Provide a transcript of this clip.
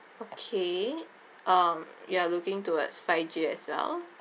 okay um you are looking towards five G as well